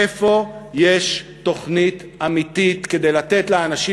איפה יש תוכנית אמיתית כדי לתת לאנשים